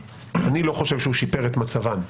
שיפר את מצבן.